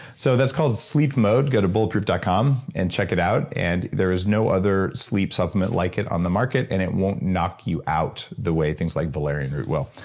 so that's called sleep mode, go to bulletproof dot com and check it out. and there is no other sleep supplement like it on the market and it won't knock you out the way things like valerian root will.